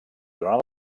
durant